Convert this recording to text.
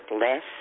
less